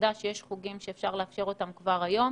שנדע שיש חוגים שאפשר לאפשר אותם כבר היום